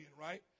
right